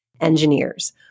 Engineers